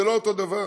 זה לא אותו דבר.